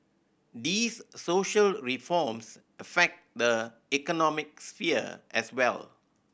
these social reforms affect the economic sphere as well